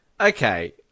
Okay